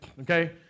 Okay